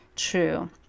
true